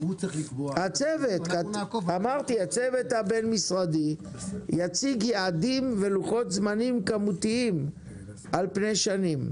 הצוות הבין-משרדי יציג יעדים ולוחות זמנים כמותיים על פני שנים.